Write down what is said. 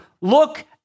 Look